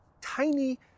tiny